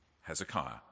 Hezekiah